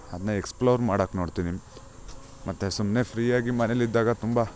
ಅದನ್ನ ಎಕ್ಸಪ್ಲೋರ್ ಮಾಡೊಕ್ ನೋಡ್ತೀನಿ ಮತ್ತು ಸುಮ್ಮನೆ ಫ್ರೀಯಾಗಿ ಮನೇಲಿದ್ದಾಗ ತುಂಬ